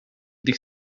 dich